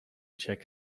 check